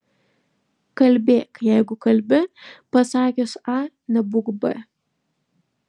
kalbėk jeigu kalbi pasakius a nebūk b